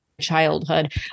childhood